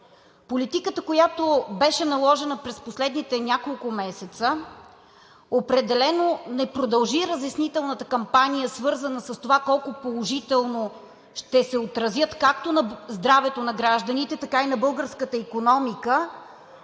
Политиката, която беше наложена през последните няколко месеца, определено не продължи разяснителната кампания, свързана с това колко положително ще се отрази както на здравето на гражданите, така и на българската икономика